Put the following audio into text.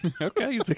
Okay